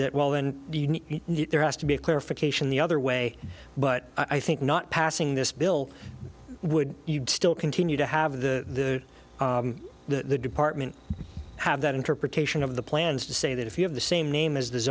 that well then there has to be a clarification the other way but i think not passing this bill would you still continue to have the the department have that interpretation of the plans to say that if you have the same name as the